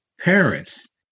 parents